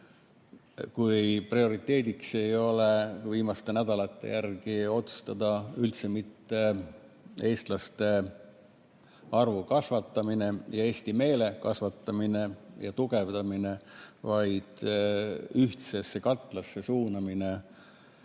kui prioriteediks ei ole viimaste nädalate järgi otsustades üldse mitte eestlaste arvu kasvatamine ja eesti meele kasvatamine ja tugevdamine, vaid erinevate laste ühtsesse katlasse suunamine,